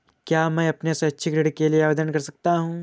क्या मैं अपने शैक्षिक ऋण के लिए आवेदन कर सकता हूँ?